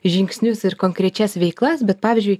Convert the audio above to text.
žingsnius ir konkrečias veiklas bet pavyzdžiui